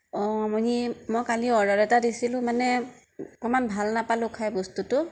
অঁ মানে মই কালি অৰ্ডাৰ এটা দিছিলোঁ মানে অকণমান ভাল নাপালোঁ খাই বস্তুটো